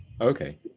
Okay